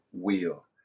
wheel